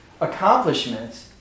accomplishments